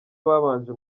babanje